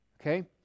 Okay